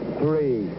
three